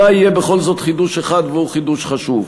אולי יהיה בכל זאת חידוש אחד, והוא חידוש חשוב.